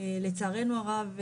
לצערנו הרב,